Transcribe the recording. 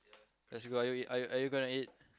let's go are you are you gonna eat